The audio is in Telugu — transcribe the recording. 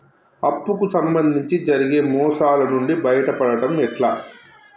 అప్పు కు సంబంధించి జరిగే మోసాలు నుండి బయటపడడం ఎట్లా?